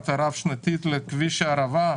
את הרב שנתית לכביש הערבה,